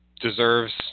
deserves